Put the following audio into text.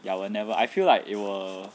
ya will never I feel like it will